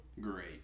Great